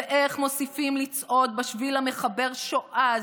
ואיך מוסיפים לצעוד בשביל המחבר שואה,